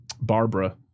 Barbara